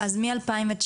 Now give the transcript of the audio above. אז מ-2019.